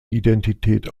identität